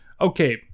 Okay